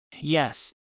Yes